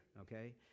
okay